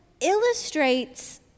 illustrates